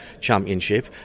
championship